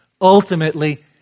Ultimately